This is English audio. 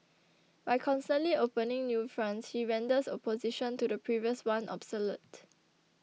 by constantly opening new fronts he renders opposition to the previous one obsolete